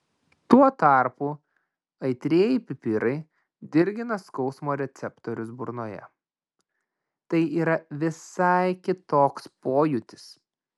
tuo tarpu aitrieji pipirai dirgina skausmo receptorius burnoje tai yra visai kitoks pojūtis